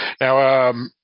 Now